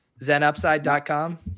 ZenUpside.com